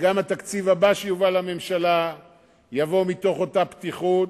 שגם התקציב הבא שיובא לממשלה יבוא מתוך אותה פתיחות